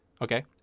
okay